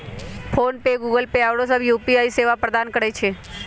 PhonePe, Google Pay आउरो सभ UPI सेवा प्रदान करै छै